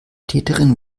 täterin